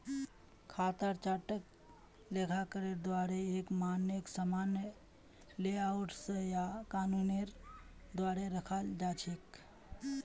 खातार चार्टक लेखाकारेर द्वाअरे एक मानक सामान्य लेआउट स या कानूनेर द्वारे रखाल जा छेक